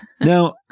now